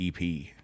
EP